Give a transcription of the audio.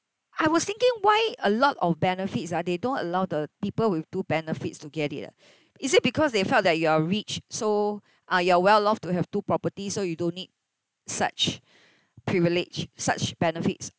I was thinking why a lot of benefits ah they don't allow the people with two benefits to get it ah is it because they felt that you are rich so uh you are well off to have two properties so you don't need such privilege such benefits